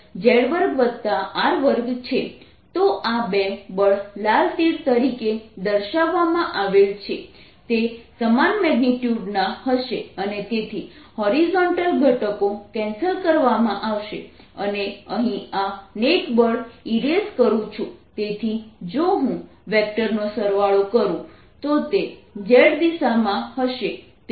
તો આ બે બળ લાલ તીર તરીકે દર્શાવવામાં આવેલ છે તે સમાન મેગ્નિટ્યુડના હશે અને તેથી હોરિઝોન્ટલ ઘટકો કેન્સલ કરવામાં આવશે અને અહીં આ નેટ બળ ઈરેઝ કરું છું તેથી જો હું વેક્ટરનો સરવાળો કરું તો તે z દિશામાં હશે